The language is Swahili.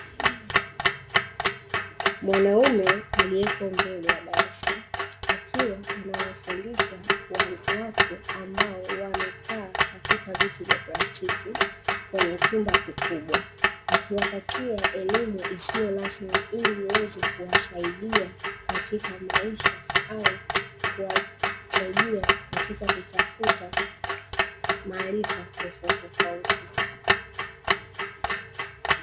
Mwanamume aliyeko mbele ya darasa akiwa anawafundisha watu ambao wamekaa katika viti vya plastiki kwenye chumba kikubwa akiwapatia elimu isiyo rasmi ili iweze kuwasaidia katika maisha au kuwasaidia katika kutafuta maarifa tofautitofauti..